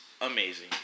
amazing